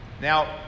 now